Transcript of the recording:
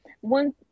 one